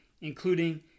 including